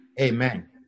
Amen